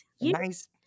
nice